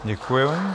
Děkuji vám.